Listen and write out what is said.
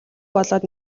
болоод